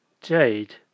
jade